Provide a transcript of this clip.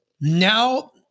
Now